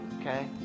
okay